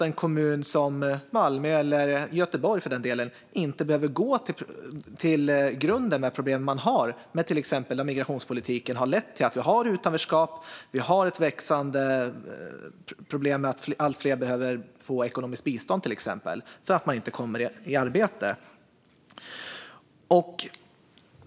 En kommun som Malmö, eller för den delen Göteborg, behöver gå till botten med de problem man har och som migrationspolitiken har lett till, som utanförskap och det växande problemet med att allt fler behöver få ekonomiskt bistånd för att de inte kommer i arbete.